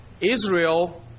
Israel